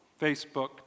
Facebook